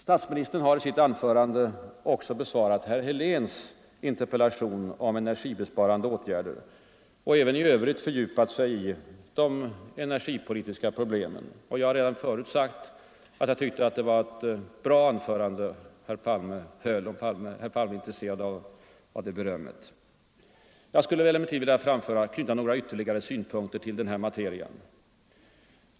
Statsministern har i sitt anförande också besvarat herr Heléns interpellation om energibesparande åtgärder och även i övrigt fördjupat sig i de energipolitiska problemen. Jag har redan förut sagt att jag tyckte det var ett bra anförande herr Palme höll, om herr Palme är intresserad av det berömmet. Jag skulle emellertid vilja knyta några ytterligare synpunkter till den här materian.